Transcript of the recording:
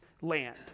land